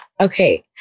Okay